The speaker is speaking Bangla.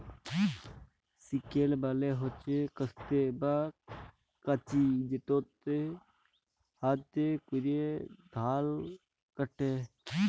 সিকেল মালে হচ্যে কাস্তে বা কাঁচি যেটাতে হাতে ক্যরে ধাল কাটে